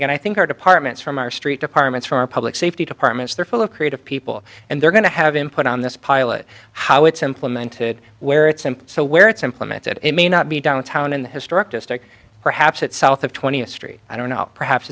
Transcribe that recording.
again i think our departments from our street departments from public safety departments they're full of creative people and they're going to have input on this pilot how it's implemented where it's empty so where it's implemented it may not be downtown in the historic district perhaps it's south of twentieth street i don't know perhaps